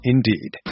Indeed